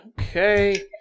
Okay